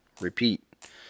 repeat